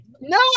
No